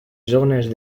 zones